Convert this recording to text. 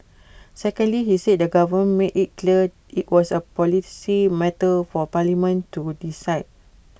secondly he said the government made IT clear IT was A policy matter for parliament to decide